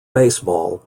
baseball